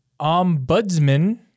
Ombudsman